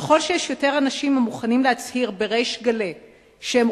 ככל שיש יותר אנשים המוכנים להצהיר בריש גלי שהם